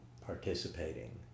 participating